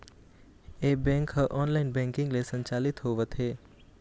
ए bank ह online banking ले संचालित होवत हे